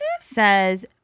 says